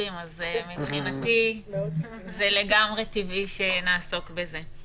האזרחים אז מבחינתי לגמרי טבעי שנעסוק בזה.